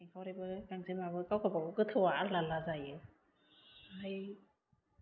सिंखावरिबो गांजेमाबो गाव गाबागाव गोथावआ आलदा आलदा जायो आमफ्राय